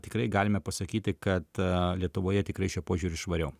tikrai galime pasakyti kad lietuvoje tikrai šiuo požiūriu švariau